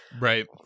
Right